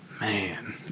Man